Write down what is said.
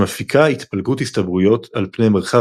שמפיקה התפלגות הסתברויות על פני מרחב